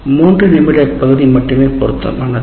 3 நிமிட பகுதி பொருத்தமானது